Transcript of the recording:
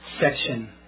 section